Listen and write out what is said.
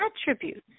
attributes